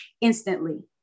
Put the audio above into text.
instantly